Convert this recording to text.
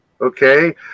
Okay